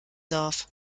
darf